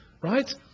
right